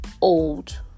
old